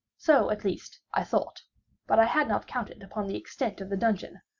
so, at least i thought but i had not counted upon the extent of the dungeon,